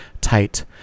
tight